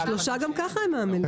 ושלושה הם גם ככה מהמליאה.